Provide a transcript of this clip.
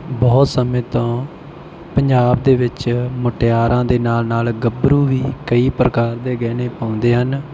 ਬਹੁਤ ਸਮੇਂ ਤੋਂ ਪੰਜਾਬ ਦੇ ਵਿੱਚ ਮੁਟਿਆਰਾਂ ਦੇ ਨਾਲ ਨਾਲ ਗੱਭਰੂ ਵੀ ਕਈ ਪ੍ਰਕਾਰ ਦੇ ਗਹਿਣੇ ਪਾਉਂਦੇ ਹਨ